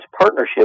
partnership